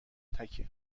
تکم